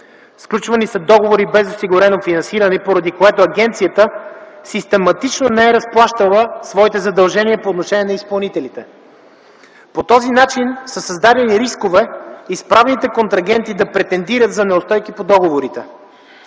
Сключвани са договори без осигурено финансиране, поради което агенцията систематично не е разплащала своите задължения по отношение на изпълнителите. По този начин са създадени рискове изправните контрагенти да претендират за неустойки по договорите.